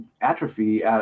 atrophy